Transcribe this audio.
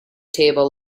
table